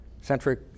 centric